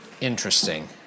interesting